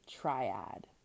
Triad